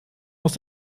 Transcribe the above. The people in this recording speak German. aus